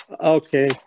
Okay